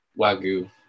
wagyu